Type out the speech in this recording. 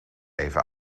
even